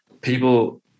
people